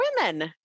women